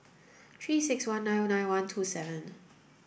three six one nine nine one two seven